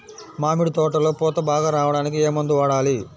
మామిడి తోటలో పూత బాగా రావడానికి ఏ మందు వాడాలి?